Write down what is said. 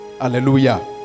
Hallelujah